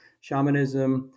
shamanism